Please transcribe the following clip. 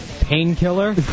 Painkiller